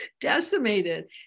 decimated